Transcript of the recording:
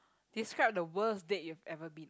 describe the worst date you've ever been